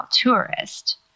tourist